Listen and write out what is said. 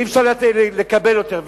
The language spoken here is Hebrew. ואי-אפשר לקבל יותר.